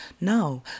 no